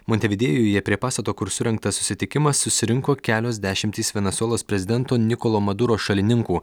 montevidėjuje prie pastato kur surengtas susitikimas susirinko kelios dešimtys venesuelos prezidento nikolo maduro šalininkų